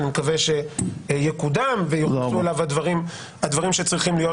אני מקווה שהוא יקודם ושהדברים שצריכים להיות